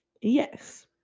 Yes